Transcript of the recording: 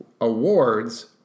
awards